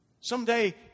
Someday